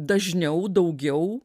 dažniau daugiau